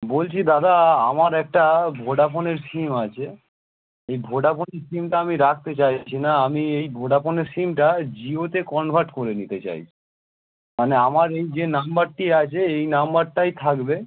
বলছি দাদা আমার একটা ভোডাফোনের সিম আছে সেই ভোডাফোনের সিমটা আমি রাখতে চাইছি না আমি এই ভোডাফোনের সিমটা জিওতে কনভার্ট করে নিতে চাই মানে আমার এই যে নাম্বারটি আছে এই নাম্বারটাই থাকবে